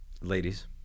ladies